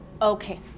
Okay